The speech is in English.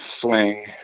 swing